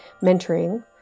mentoring